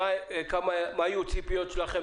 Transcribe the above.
מה היו הציפיות שלכם,